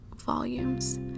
Volumes